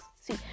see